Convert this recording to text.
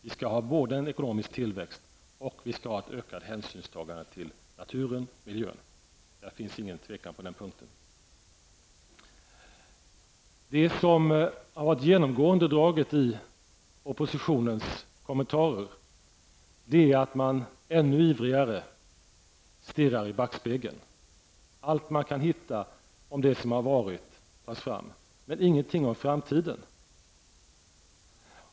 Vi skall ha ökad tillväxt och även ta ökad hänsyn till naturen och miljön. Det finns inget tvivel på den punkten. Det genomgående draget i oppositionens kommentarer är att man ännu ivrigare stirrar i backspegeln. Allt man kan hitta om det som har varit tas fram, men man säger ingenting om framtiden.